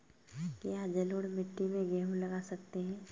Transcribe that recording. क्या जलोढ़ मिट्टी में गेहूँ लगा सकते हैं?